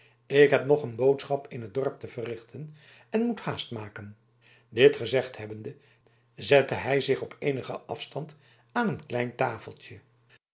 ik heb nog een boodschap in het dorp te verrichten en moet haast maken dit gezegd hebbende zette hij zich op eenigen afstand aan een klein tafeltje